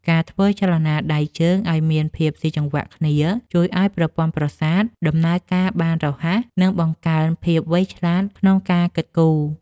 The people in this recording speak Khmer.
ការធ្វើចលនាដៃជើងឱ្យមានភាពស៊ីចង្វាក់គ្នាជួយឱ្យប្រព័ន្ធប្រសាទដំណើរការបានរហ័ស និងបង្កើនភាពវៃឆ្លាតក្នុងការគិតគូរ។